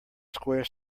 square